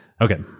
Okay